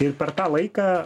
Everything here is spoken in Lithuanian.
ir per tą laiką